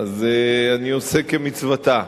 אני עושה כמצוותה.